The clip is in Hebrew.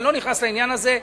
אני לא נכנס לעניין הזה,